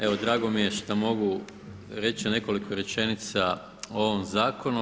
Evo drago mi je šta mogu reći nekoliko rečenica o ovom zakonu.